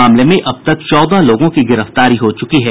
मामले में अब तक चौदह लोगों की गिरफ्तारी हो चुकी है